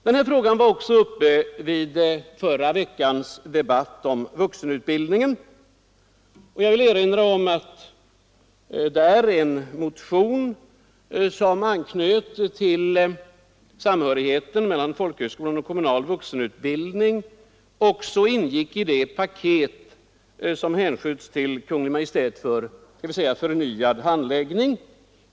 Denna fråga berördes också i förra veckans debatt om vuxenutbildningen. Jag vill erinra om att — vilket var av stort värde — en motion som anknöt till samhörigheten mellan folkskolan och den kommunala vuxenutbildningen ingick i det paket som hänsköts till Kungl. Maj:t för förnyad handläggning.